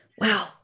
Wow